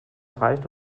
reicht